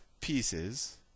pieces